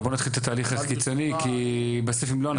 אבל בוא נתחיל את התהליך הקיצוני כי בסוף אם לא,